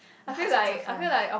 the hards one are fun